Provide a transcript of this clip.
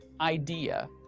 idea